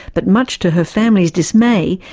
but much to her family's dismay,